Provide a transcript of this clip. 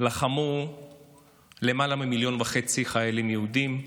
לחמו למעלה ממיליון וחצי חיילים יהודים,